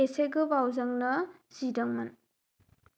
एसे गोबावजोंनो जिदोंमोन